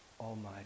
Almighty